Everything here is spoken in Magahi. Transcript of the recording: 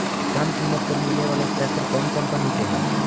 कम किमत पर मिले बाला ट्रैक्टर कौन कंपनी के है?